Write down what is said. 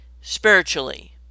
spiritually